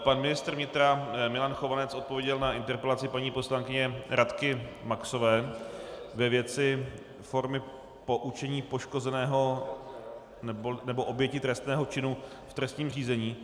Pan ministr vnitra Milan Chovanec odpověděl na interpelaci paní poslankyně Radky Maxové ve věci formy poučení poškozeného nebo oběti trestného činu v trestním řízení.